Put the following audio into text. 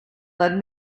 led